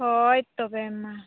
ᱦᱳᱭ ᱛᱚᱵᱮ ᱢᱟ